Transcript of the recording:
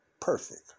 perfect